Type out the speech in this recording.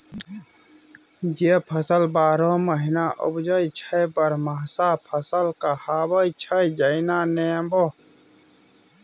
जे फसल बारहो महीना उपजै छै बरहमासा फसल कहाबै छै जेना नेबो